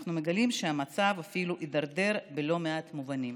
אנחנו מגלים שהמצב אפילו הידרדר בלא מעט מובנים.